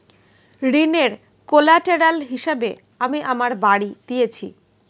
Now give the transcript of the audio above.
ঋনের কোল্যাটেরাল হিসেবে আমি আমার বাড়ি দিয়েছি